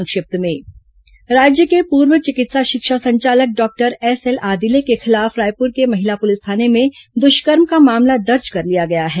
संक्षिप्त समाचार राज्य के पूर्व चिकित्सा शिक्षा संचालक डॉक्टर एसएल आदिले के खिलाफ रायपुर के महिला पुलिस थाने में दुष्कर्म का मामला दर्ज कर लिया गया है